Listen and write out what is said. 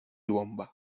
bomba